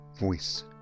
voice